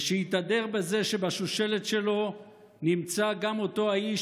ושהתהדר בזה שבשושלת שלו נמצא גם אותו האיש